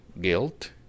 guilt